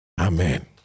Amen